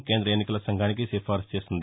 కేంద్ర ఎన్నికల సంఘానికి సిఫారసు చేసింది